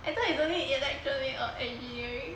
I thought it's only electronics or engineering